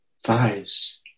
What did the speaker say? thighs